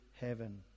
heaven